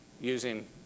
Using